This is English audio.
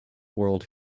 world